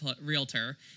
realtor